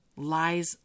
Lies